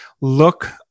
Look